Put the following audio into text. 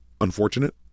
unfortunate